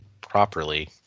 properly